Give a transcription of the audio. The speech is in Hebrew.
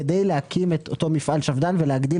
כדי להקים את אותו מפעל שפד"ן ולהגדיל